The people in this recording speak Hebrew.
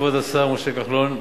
כבוד השר משה כחלון,